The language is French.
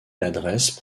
l’adresse